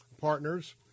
partners